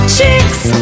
Chicks